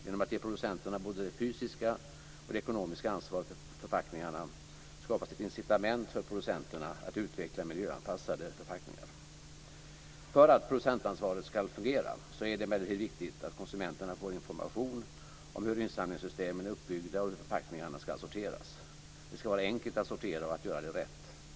Genom att producenterna ges både det fysiska och det ekonomiska ansvaret för förpackningarna skapas ett incitament för producenterna att utveckla miljöanpassade förpackningar. För att producentansvaret ska fungera är det emellertid viktigt att konsumenterna får information om hur insamlingssystemen är uppbyggda och hur förpackningarna ska sorteras. Det ska vara enkelt att sortera och att göra det rätt.